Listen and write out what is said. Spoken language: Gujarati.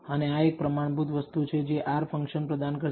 અને આ એક પ્રમાણભૂત વસ્તુ છે જે R ફંક્શન પ્રદાન કરશે